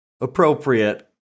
appropriate